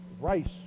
Rice